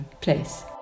place